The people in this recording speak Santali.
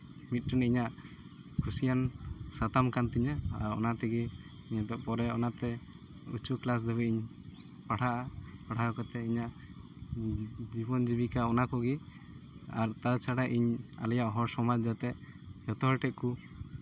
ᱢᱤᱫᱴᱮᱱ ᱤᱧᱟᱹᱜ ᱠᱩᱥᱤᱭᱟᱱ ᱥᱟᱛᱟᱢ ᱠᱟᱱ ᱛᱤᱧᱟᱹ ᱟᱨ ᱚᱱᱟ ᱛᱮᱜᱮ ᱱᱤᱛᱚᱜ ᱯᱚᱨᱮ ᱚᱱᱟᱛᱮ ᱩᱸᱪᱩ ᱠᱞᱟᱥ ᱫᱷᱟᱹᱵᱤᱡ ᱤᱧ ᱯᱟᱲᱦᱟᱜᱼᱟ ᱯᱟᱲᱦᱟᱣ ᱠᱟᱛᱮᱫ ᱤᱧᱟᱹᱜ ᱡᱤᱵᱚᱱ ᱡᱤᱵᱤᱠᱟ ᱚᱱᱟ ᱠᱚᱜᱮ ᱟᱨ ᱛᱟᱪᱷᱟᱲᱟ ᱤᱧ ᱟᱞᱮᱭᱟᱜ ᱦᱚᱲ ᱥᱚᱢᱟᱡᱽ ᱡᱟᱛᱮ ᱡᱚᱛᱚ ᱦᱚᱲ ᱴᱷᱮᱱ ᱠᱚ